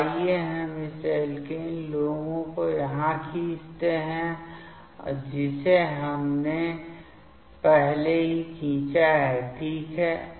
तो आइए हम इस एल्कीन LUMO को यहाँ खींचते हैं जिसे हमने पहले ही खींचा है ठीक है